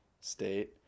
state